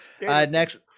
Next